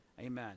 amen